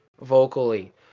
vocally